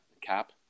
cap